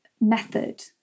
method